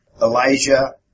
Elijah